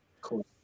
Cool